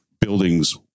buildings